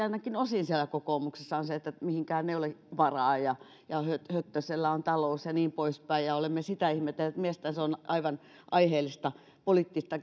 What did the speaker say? ainakin osin siellä kokoomuksessa on se että mihinkään ei ole varaa ja ja höttöisellä on talous ja niin poispäin ja olemme sitä ihmetelleet mielestäni se on aivan aiheellista poliittista